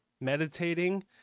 meditating